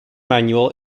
manual